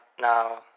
now